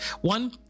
one